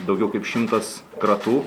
daugiau kaip šimtas kratų